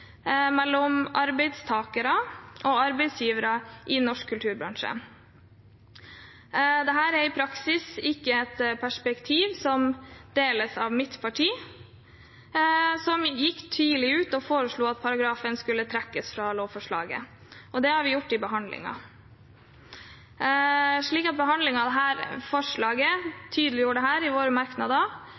mellom arbeidstakere og arbeidsgivere i norsk kulturbransje. Dette er i praksis ikke et perspektiv som deles av mitt parti, som gikk tidlig ut og foreslo at paragrafen skulle trekkes fra lovforslaget. Det har vi gjort i behandlingen og tydeliggjort i våre merknader,